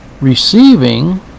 Receiving